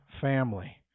family